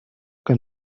que